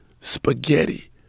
spaghetti